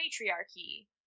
matriarchy